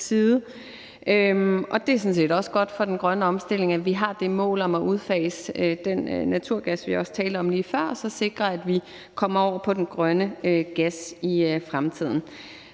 set også godt for den grønne omstilling, at vi har det mål om at udfase den naturgas, vi også talte om lige før, så vi sikrer, at vi kommer over på den grønne gas i fremtiden.